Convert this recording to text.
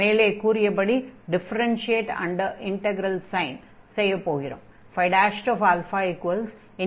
மேலே கூறியபடி differentiate under integral sign செய்ய போகிறோம்